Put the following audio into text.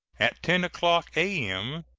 at ten o'clock a m.